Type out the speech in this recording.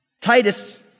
Titus